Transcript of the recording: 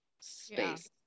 space